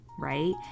right